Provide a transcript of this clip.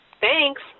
Thanks